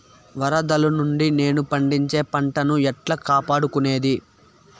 వరదలు నుండి నేను పండించే పంట ను ఎట్లా కాపాడుకునేది?